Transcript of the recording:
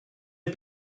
est